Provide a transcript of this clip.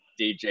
DJ